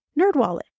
Nerdwallet